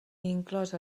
inclòs